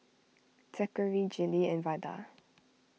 Zackary Gillie and Vada